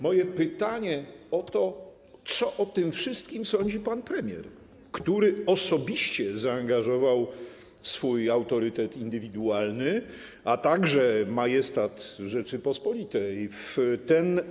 Moje pytanie: Co o tym wszystkim sądzi pan premier, który osobiście zaangażował swój autorytet indywidualny, a także majestat Rzeczypospolitej, w ten projekt?